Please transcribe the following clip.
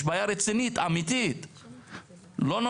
יש בעיה רצינית, אמיתית.